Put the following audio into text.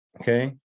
okay